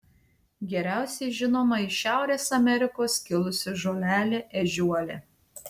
geriausiai žinoma iš šiaurės amerikos kilusi žolelė ežiuolė